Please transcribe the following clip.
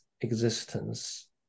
existence